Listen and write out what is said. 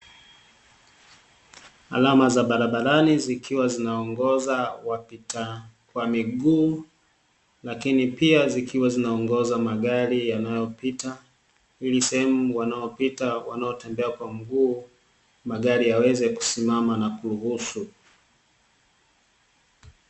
Alama za barabarani zikiwa zinaongoza wapita kwa miguu, lakini pia zikiwa zinaongoza magari yanayopita ili sehemu wanayopita wanaotembea kwa miguu, magari yaweze kusimama na kuruhusu.